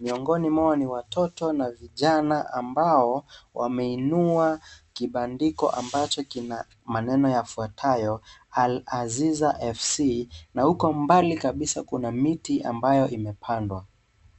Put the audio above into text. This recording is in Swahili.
Miongoni mwao ni watoto na vijana ambao wameinua kibandiko ambacho kina maneno yafuatayo, Al-aziza fc.Na uko mbali kabisa kuna miti ambayo imepandwa.